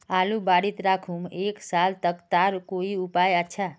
आलूर बारित राखुम एक साल तक तार कोई उपाय अच्छा?